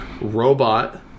robot